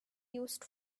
used